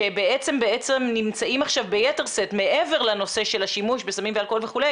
שבעצם נמצאים עכשיו ביתר שאת מעבר לנושא של השימוש בסמים ואלכוהול וכו'.